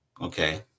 okay